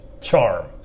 charm